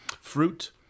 fruit